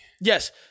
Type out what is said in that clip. Yes